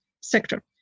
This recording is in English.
sector